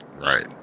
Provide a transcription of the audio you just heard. Right